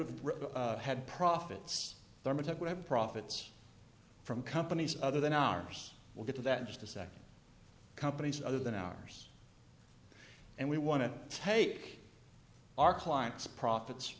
have had profits profits from companies other than ours we'll get to that just a second companies other than ours and we want to take our clients profits